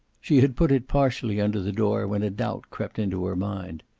she had put it partially under the door when a doubt crept into her mind.